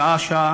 שעה-שעה,